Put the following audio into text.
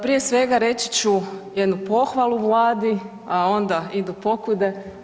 Prije svega reći ću jednu pohvalu Vladi, a onda idu pokude.